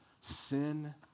sin